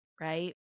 right